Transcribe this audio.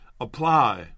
apply